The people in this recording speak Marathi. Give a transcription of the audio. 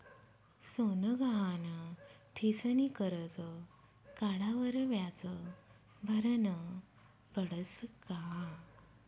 सोनं गहाण ठीसनी करजं काढावर व्याज भरनं पडस का?